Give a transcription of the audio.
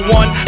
one